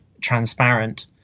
transparent